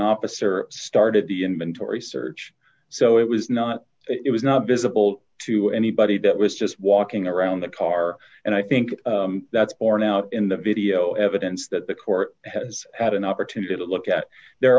officer started the inventory search so it was not it was not visible to anybody that was just walking around the car and i think that's borne out in the video evidence that the court has had an opportunity to look at their